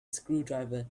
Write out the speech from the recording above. screwdriver